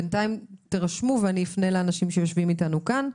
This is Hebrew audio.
בינתיים תירשמו ואני אפנה לאנשים שיושבים איתנו כאן.